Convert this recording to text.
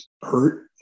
hurt